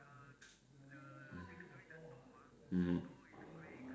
mmhmm